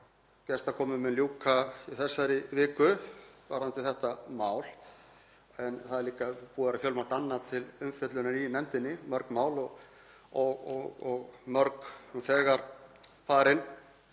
gestakomum mun ljúka í þessari viku varðandi þetta mál. En það er líka búið að vera fjölmargt annað til umfjöllunar í nefndinni, mörg mál og mörg þegar farin